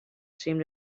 seem